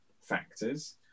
factors